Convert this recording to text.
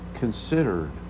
Considered